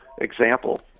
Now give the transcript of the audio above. example